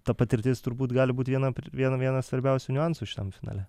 ta patirtis turbūt gali būti viena viena viena svarbiausių niuansų šitam finale